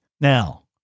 Now